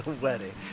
wedding